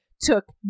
took